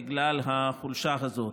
בגלל החולשה הזאת.